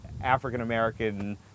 African-American